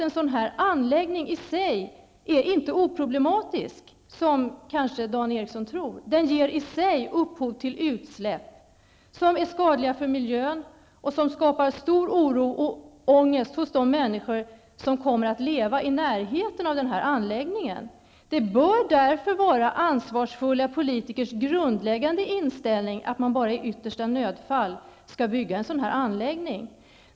En sådan anläggning är i sig inte utan problem, som kanske Dan Eriksson i Kolmården tror. Den ger i sig upphov till utsläpp som är skadliga för miljön och som skapar stor oro och ångest hos de människor som kommer att leva i närheten av anläggningen. Det bör därför vara ansvarsfulla politikers grundläggande inställning att man bara i yttersta nödfall skall bygga en sådan anläggning.